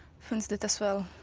fin's did as well.